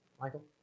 Michael